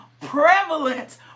Prevalent